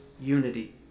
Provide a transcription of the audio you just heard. unity